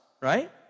right